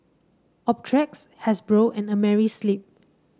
Optrex Hasbro and Amerisleep